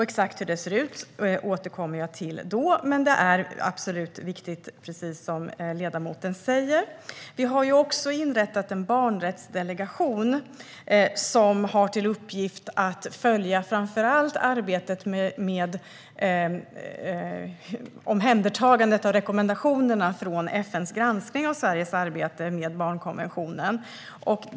Exakt hur detta ser ut går jag igenom då, men precis som ledamoten säger är detta viktigt. Vi har också inrättat en barnrättsdelegation, som framför allt har till uppgift att följa arbetet med omhändertagandet av rekommendationerna från FN:s granskning av Sveriges arbete med barnkonventionen.